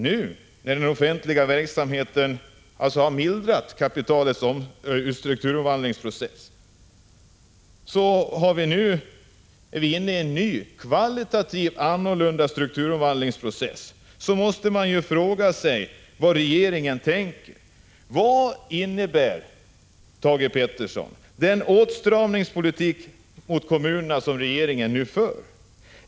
Nu har vi, efter det att den offentliga verksamheten alltså har mildrat kapitalets strukturomvandlingsprocess, kommit in i en ny, kvalitativt annorlunda strukturomvandlingsprocess. Man måste då fråga sig vad regeringen tänker om detta. Vad innebär, Thage Peterson, den åtstramningspolitik mot kommunerna som regeringen nu för?